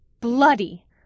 Bloody